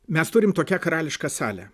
mes turim tokią karališką salę